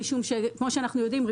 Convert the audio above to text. משום שכמו שאנחנו יודעים,